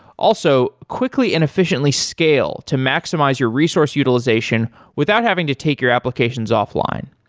also, quickly and efficiently scale to maximize your resource utilization without having to take your applications off-line.